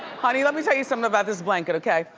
honey, let me tell you something about this blanket, okay.